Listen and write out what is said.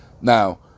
Now